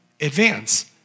advance